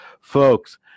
Folks